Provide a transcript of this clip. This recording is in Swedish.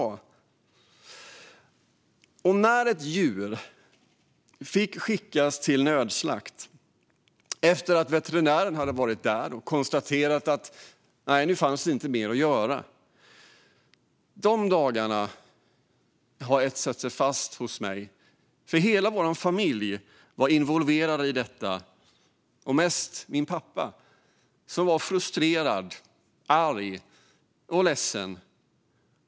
De dagar har etsat sig fast hos mig då ett djur fick skickas till nödslakt efter att veterinären varit där och konstaterat att det inte fanns mer att göra. Hela vår familj var involverad i detta, och mest min pappa. Han var frustrerad, arg och ledsen.